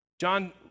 John